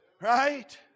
Right